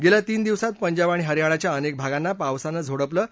गेल्या तीन दिवसात पंजाब आणि हरयाणाच्या अनेक भागांना पावसानं झोडपलं आहे